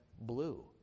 blue